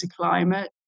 climate